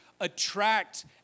attract